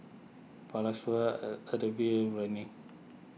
and Ocuvite Rene